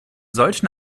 solchen